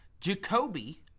Jacoby